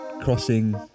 crossing